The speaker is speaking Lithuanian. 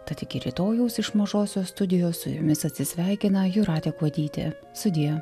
tad iki rytojaus iš mažosios studijos su jumis atsisveikina jūratė kuodytė sudie